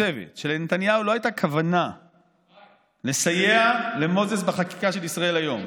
כותבת שלנתניהו לא הייתה כוונה לסייע למוזס בחקיקה של ישראל היום.